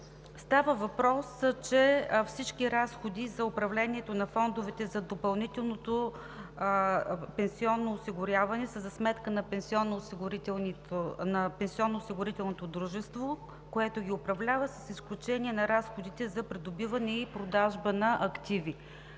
Става въпрос, че всички разходи за управлението на фондовете за допълнителното пенсионно осигуряване са за сметка на пенсионноосигурителното дружество, което ги управлява, с изключение на разходите за придобиване и продажба на активи.